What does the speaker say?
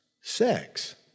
sex